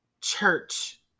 church